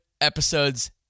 episodes